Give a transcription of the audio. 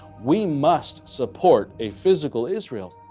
we must support a physical israel.